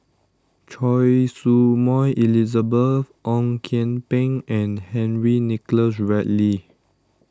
Choy Su Moi Elizabeth Ong Kian Peng and Henry Nicholas Ridley